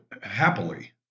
happily